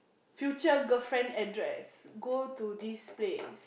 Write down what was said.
future girlfriend address go to this place